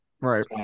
Right